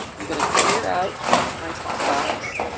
i'm going to clear out my top box